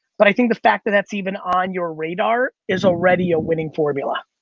but i think the fact that that's even on your radar is already a winning formula.